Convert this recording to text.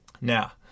now